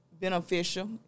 beneficial